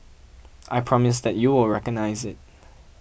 I promise that you will recognise it